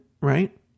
right